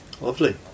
Lovely